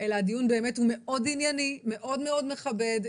אלא הדיון הוא באמת מאוד ענייני ומאוד מכבד,